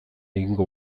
egingo